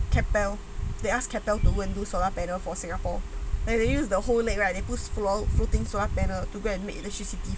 Keppel they ask Keppl the window solar panel for singapore where they use the whole thing right not floating solar panel to go and make it